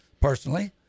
personally